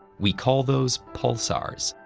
we call those pulsars.